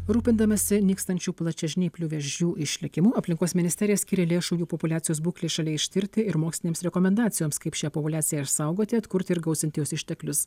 rūpindamasi nykstančių plačiažnyplių vėžių išlikimu aplinkos ministerija skiria lėšų jų populiacijos būklei šalyje ištirti ir mokslinėms rekomendacijoms kaip šią populiaciją išsaugoti atkurti ir gausinti jos išteklius